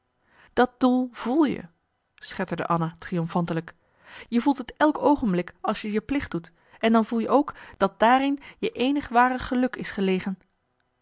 dat doel voel je schetterde anna triomfantelijk je voelt t elk oogenblik als je je plicht doet en dan voel je ook dat daarin je eenig ware geluk is gelegen